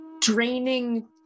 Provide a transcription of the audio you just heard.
draining